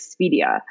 Expedia